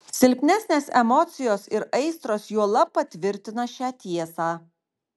silpnesnės emocijos ir aistros juolab patvirtina šią tiesą